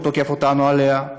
שהוא תוקף אותנו עליה,